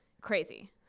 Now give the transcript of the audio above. crazy